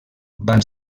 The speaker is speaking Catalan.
van